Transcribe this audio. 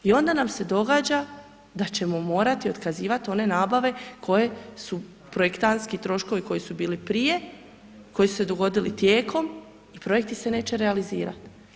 I onda nam se događa da ćemo morati otkazivati one nabave koje su projektantski troškovi, koji su bili prije, koji su se dogodili tijekom i projekti se neće realizirati.